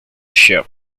ship